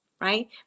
right